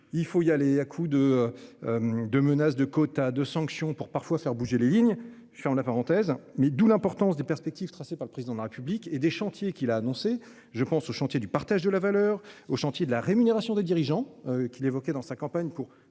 il faut y aller à coups de. De menace de quotas de sanctions pour parfois faire bouger les lignes. Je ferme la parenthèse. Mais d'où l'importance des perspectives tracées par le président de la République et des chantiers qui l'a annoncé. Je pense au chantier du partage de la valeur au chantier de la rémunération des dirigeants qui évoquait dans sa campagne